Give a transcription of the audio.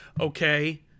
Okay